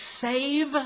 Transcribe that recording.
save